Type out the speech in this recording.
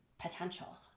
potential